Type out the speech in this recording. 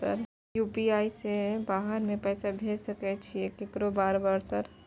UPI से बाहर में पैसा भेज सकय छीयै केकरो बार बार सर?